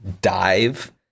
dive